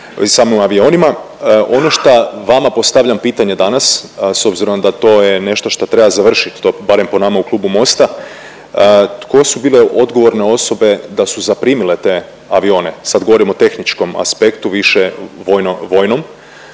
samim avionima. Ono šta vama postavljam pitanje danas s obzirom da to je nešto šta treba završit to barem po nama u klubu Mosta tko su bile odgovorne osobe da su zaprimile te avione. Sad govorim o tehničkom aspektu više vojnom.